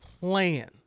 plan